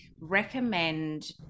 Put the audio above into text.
recommend